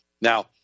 Now